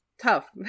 Tough